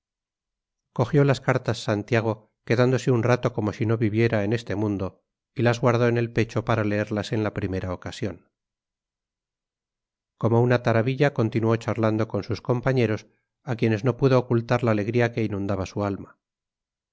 cogió las cartas santiago quedándose un rato como si no viviera en este mundo y las guardó en el pecho para leerlas en la primera ocasión como una tarabilla continuó charlando con sus compañeros a quienes no pudo ocultar la alegría que inundaba su alma